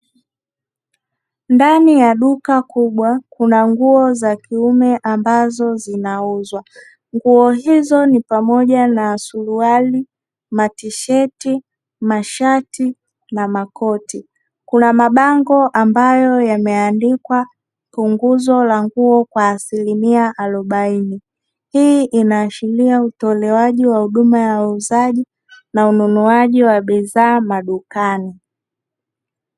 Ndani ya duka kubwa kuna nguo za kiume ambazo zinauzwa, nguo hizo ni pamoja na; suruali matisheti mashati na makoti. Kuna mabango ambayo yameandikwa punguzo la nguo kwa asilimia arobaini, hii inaashiria utolewaji wa huduma ya uuzaji na ununuaji wa bidhaa madukani.